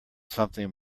something